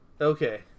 Okay